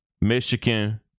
Michigan